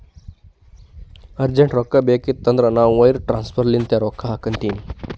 urgent ರೊಕ್ಕಾ ಬೇಕಾಗಿತ್ತಂದ್ರ ನಾ ವೈರ್ ಟ್ರಾನ್ಸಫರ್ ಲಿಂತೆ ರೊಕ್ಕಾ ಹಾಕು ಅಂತಿನಿ